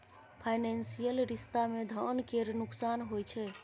financial रिश्ता मे धन केर नोकसान होइ छै